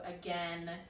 again